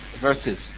verses